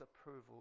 approval